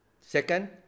Second